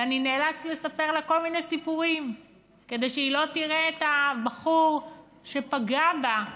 ואני נאלץ לספר לה כל מיני סיפורים כדי שהיא לא תראה את הבחור שפגע בה,